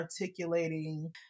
articulating